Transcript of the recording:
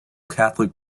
catholic